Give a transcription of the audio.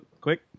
quick